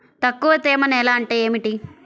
తక్కువ తేమ నేల అంటే ఏమిటి?